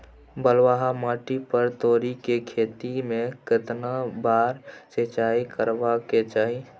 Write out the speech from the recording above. बलुआ माटी पर तोरी के खेती में केतना बार सिंचाई करबा के चाही?